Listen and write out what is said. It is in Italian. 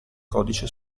codice